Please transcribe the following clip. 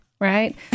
Right